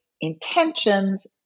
intentions